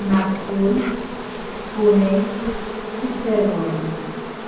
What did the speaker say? नागपूर पुणे उत्तर गोंय